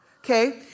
Okay